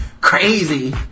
crazy